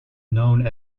known